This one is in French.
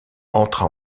entra